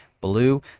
blue